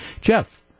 Jeff